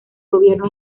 gobierno